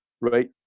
right